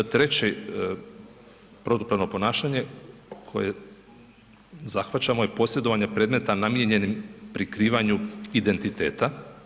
Treće protupravno ponašanje koje zahvaćamo je posjedovanje predmeta namijenjenih prikrivanju identiteta.